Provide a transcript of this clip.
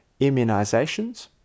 immunizations